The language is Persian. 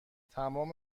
تمام